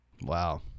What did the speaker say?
Wow